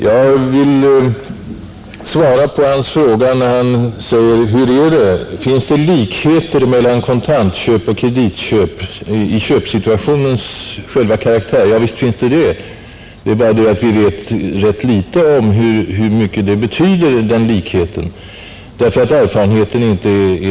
Jag vill svara på hans fråga om det finns likhet mellan kontantköp och kreditköp i köpsituationens själva karaktär. Javisst finns det det. Det är bara det att vi vet rätt litet om vad den likheten betyder.